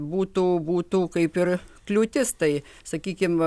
būtų būtų kaip ir kliūtis tai sakykim